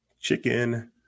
Chicken